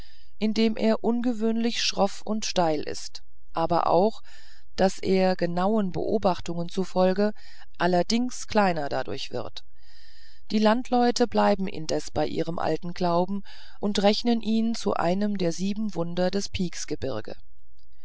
indem er ungewöhnlich schroff und steil ist aber auch daß er genauen beobachtungen zufolge allerdings kleiner dadurch wird die landleute bleiben indes bei ihrem alten glauben und rechnen ihn zu einem der sieben wunder des peaks gebirge